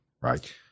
right